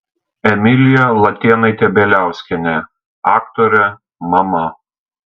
emilija latėnaitė bieliauskienė aktorė mama